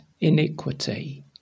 iniquity